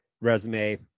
resume